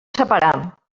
separar